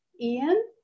Ian